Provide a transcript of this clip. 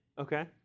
Okay